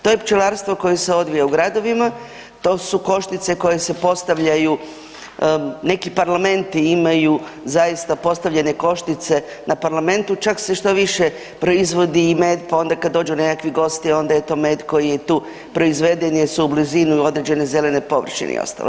To je pčelarstvo koje se odvija u gradovima, to su košnice koje se postavljaju neki parlamenti imaju zaista postavljene košnice, na parlamentu čak se štoviše proizvodi i med pa onda kad dođu nekakvi gosti onda je to med koji je tu proizveden je u blizini određene zelene površine i ostalo.